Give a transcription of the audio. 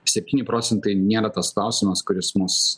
septyni procentai nėra tas klausimas kuris mus